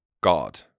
God